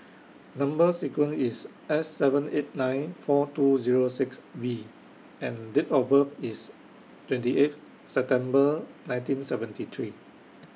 Number sequence IS S seven eight nine four two Zero six V and Date of birth IS twenty eighth September nineteen seventy three